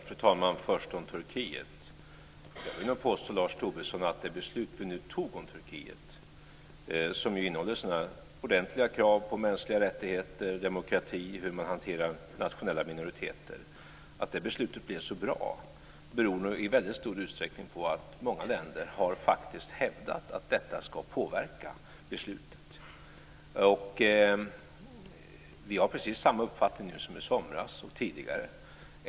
Fru talman! Först om Turkiet: Jag vill nog påstå, Lars Tobisson, att det beslut som vi nu fattade som ju innehåller ordentliga krav på mänskliga rättigheter, demokrati och hur man hanterar nationella minoriteter blev bra. Det beror nog i stor utsträckning på att många länder faktiskt har hävdat att detta ska påverka beslutet. Vi har precis samma uppfattning som i somras och tidigare.